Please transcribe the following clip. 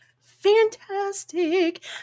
fantastic